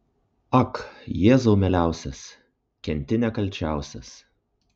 ak jėzau mieliausias kenti nekalčiausias